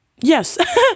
Yes